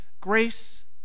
grace